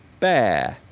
bear